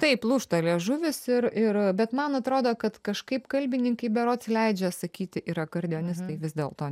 taip lūžta liežuvis ir ir bet man atrodo kad kažkaip kalbininkai berods leidžia sakyti ir akordeonistai vis dėl to